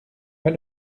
pas